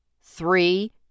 Three